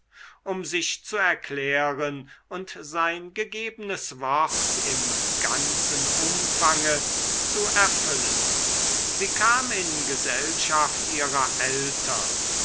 um sich zu erklären und sein gegebenes wort im ganzen umfange zu erfüllen sie kam in gesellschaft ihrer eltern